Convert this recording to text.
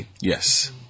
Yes